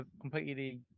completely